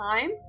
time